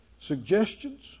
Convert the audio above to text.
Suggestions